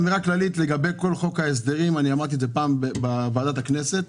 אמירה כללית לגבי כל חוק ההסדרים אמרתי את זה פעם בוועדת הכנסת.